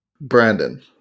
Brandon